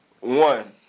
One